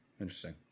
Interesting